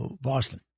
Boston